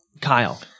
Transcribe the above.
Kyle